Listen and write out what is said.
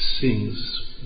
sings